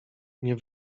nie